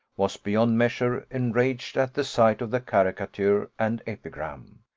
was beyond measure enraged at the sight of the caricature and epigram.